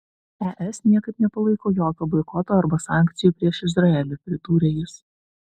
es niekaip nepalaiko jokio boikoto arba sankcijų prieš izraelį pridūrė jis